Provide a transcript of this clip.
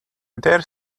dare